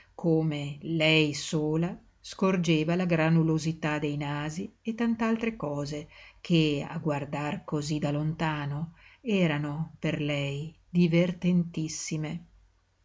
come lei sola scorgeva la granulosità dei nasi e tant'altre cose che a guardar cosí da lontano erano per lei divertentissime la